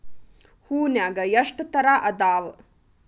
ಹೂನ್ಯಾಗ ಎಷ್ಟ ತರಾ ಅದಾವ್?